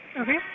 okay